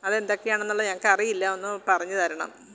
അത് എന്തൊക്കെയാണെന്നുള്ളതു ഞങ്ങള്ക്കറിയില്ല ഒന്നു പറഞ്ഞുതരണം